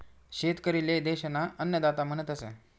शेतकरी ले देश ना अन्नदाता म्हणतस